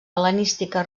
hel·lenística